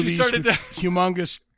humongous